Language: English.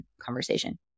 conversation